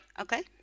Okay